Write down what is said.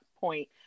point